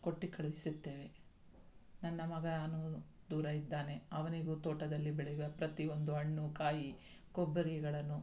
ಕೊಟ್ಟು ಕಳುಹಿಸುತ್ತೇವೆ ನನ್ನ ಮಗನೂ ದೂರ ಇದ್ದಾನೆ ಅವನಿಗೂ ತೋಟದಲ್ಲಿ ಬೆಳೆಯುವ ಪ್ರತಿ ಒಂದು ಹಣ್ಣು ಕಾಯಿ ಕೊಬ್ಬರಿಗಳನ್ನು